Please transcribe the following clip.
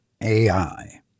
AI